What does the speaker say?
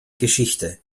geschichte